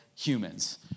Humans